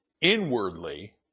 inwardly